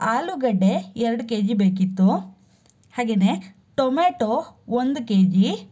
ಆಲೂಗಡ್ಡೆ ಎರಡು K G ಬೇಕಿತ್ತು ಹಾಗೆಯೇ ಟೊಮೇಟೋ ಒಂದು ಕೆ ಜಿ